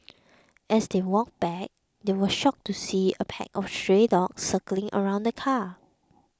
as they walked back they were shocked to see a pack of stray dogs circling around the car